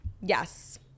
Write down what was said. Yes